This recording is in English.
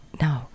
No